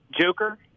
Joker